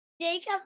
Jacob